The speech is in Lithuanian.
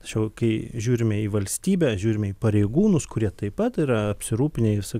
tačiau kai žiūrime į valstybę žiūrime į pareigūnus kurie taip pat yra apsirūpinę visa